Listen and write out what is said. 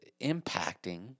impacting